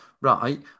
right